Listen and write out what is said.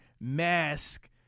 mask